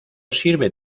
sirve